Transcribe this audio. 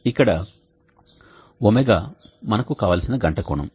ఇక్కడ ω మనకు కావలసిన గంట కోణం